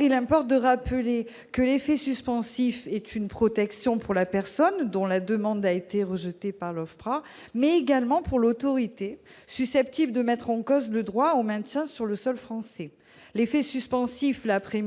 Il importe de rappeler que l'effet suspensif est une protection pour la personne dont la demande a été rejetée par l'OFPRA, mais également pour l'autorité susceptible de mettre en cause le droit au maintien sur le sol français : l'effet suspensif la prémunit